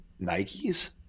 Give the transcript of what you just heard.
Nikes